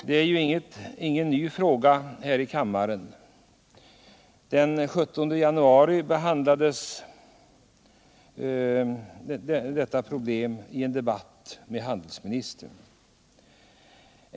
Detta är ingen ny fråga här i kammaren. Den 17 januari behandlades problemet i en debatt med handelsministern.